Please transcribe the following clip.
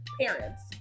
parents